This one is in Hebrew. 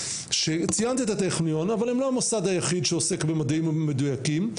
ציינת את הטכניון אבל הם לא המוסד היחיד שעוסק במדעים מדויקים,